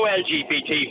lgbt